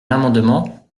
l’amendement